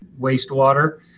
wastewater